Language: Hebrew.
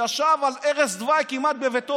וישב כמעט על ערש דווי בביתו.